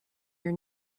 your